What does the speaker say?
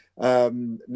No